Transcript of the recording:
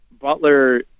Butler